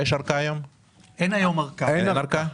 אין היום ארכה,